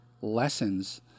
lessons